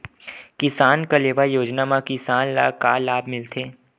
किसान कलेवा योजना म किसान ल का लाभ मिलथे?